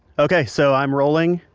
okay. so i'm rolling.